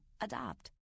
Adopt